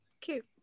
Cute